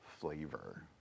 flavor